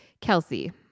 Kelsey